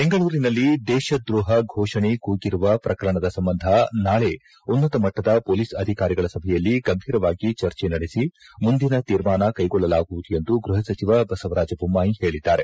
ಬೆಂಗಳೂರಿನಲ್ಲಿ ದೇಶದ್ರೋಹ ಘೋಷಣೆ ಕೂಗಿರುವ ಪ್ರಕರಣದ ಸಂಬಂಧ ನಾಳೆ ಉನ್ನತ ಮಟ್ಟದ ಮೊಲೀಸ್ ಅಧಿಕಾರಿಗಳ ಸಭೆಯಲ್ಲಿ ಗಂಭೀರವಾಗಿ ಚರ್ಚೆ ನಡೆಸಿ ಮುಂದಿನ ತೀರ್ಮಾನ ಕೈಗೊಳ್ಳಲಾಗುವುದು ಎಂದು ಗೃಪಸಚಿವ ಬಸವರಾಜ್ ಬೊಮ್ಲಾಯಿ ಹೇಳಿದ್ದಾರೆ